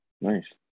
nice